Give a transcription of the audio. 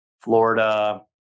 Florida